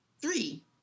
Three